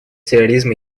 терроризма